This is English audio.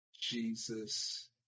Jesus